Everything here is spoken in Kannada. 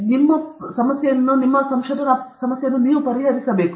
ನಿಮ್ಮ ಮುಂಗಡ ಶಾಖ ವರ್ಗಾವಣೆಯನ್ನು ಅವನು ಏಕೆ ಪರಿಹರಿಸಬೇಕು